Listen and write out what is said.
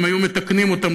הם היו מתקנים אותם,